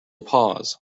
pause